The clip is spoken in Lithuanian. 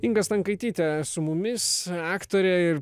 inga stankaitytė su mumis aktorė ir